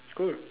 cool